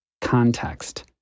context